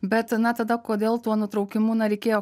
bet na tada kodėl tuo nutraukimu na reikėjo kaip